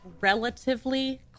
relatively